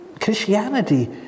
Christianity